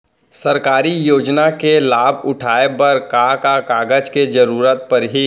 सरकारी योजना के लाभ उठाए बर का का कागज के जरूरत परही